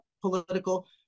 political